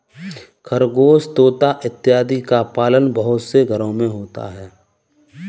खरगोश तोता इत्यादि का पालन बहुत से घरों में होता है